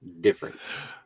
difference